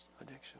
Addiction